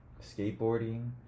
skateboarding